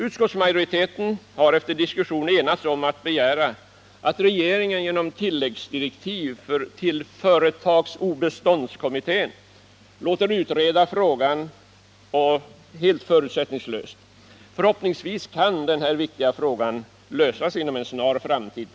Utskottsmajoriteten har efter diskussion enats om att föreslå riksdagen att begära att regeringen genom tilläggsdirektiv till företagsobeståndskommittén låter utreda frågan helt förutsättningslöst. Förhoppningsvis kan denna viktiga fråga på det sättet lösas inom en snar framtid.